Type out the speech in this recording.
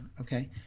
okay